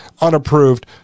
unapproved